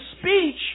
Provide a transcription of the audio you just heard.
speech